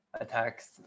attacks